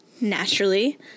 Naturally